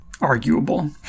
Arguable